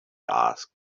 asked